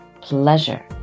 pleasure